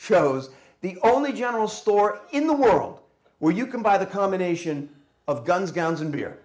shows the only general store in the world where you can buy the combination of guns guns and beer